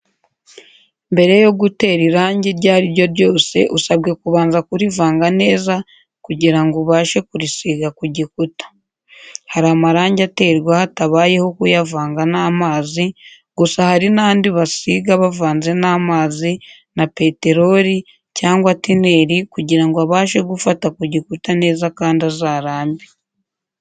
Mbere yo gutera irangi iryo ariryo ryose, usabwe kubanza kurivanga neza kugira ngo ubashe kurisiga ku gikuta. Hari amarange aterwa hatabayeho kuyavanga n'amazi, gusa hari n'andi basiga bavanze n'amazi na peterori cyangwa tineri kugira ngo abashe gufata ku gikuta neza kandi azarambe.